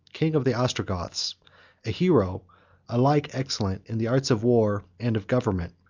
king of the ostrogoths a hero alike excellent in the arts of war and of government,